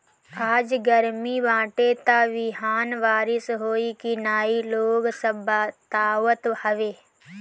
आज गरमी बाटे त बिहान बारिश होई की ना इ लोग सब बतावत हवे